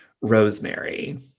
Rosemary